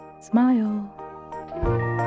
Smile